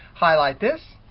highlight this,